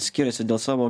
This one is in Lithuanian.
skiriasi dėl savo